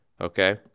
Okay